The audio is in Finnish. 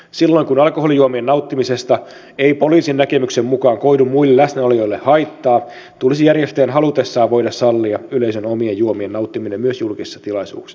silloin kun alkoholijuomien nauttimisesta ei poliisin näkemyksen mukaan koidu muille läsnäolijoille haittaa tulisi järjestäjän halutessaan voida sallia yleisön omien juomien nauttiminen myös julkisessa tilaisuudessa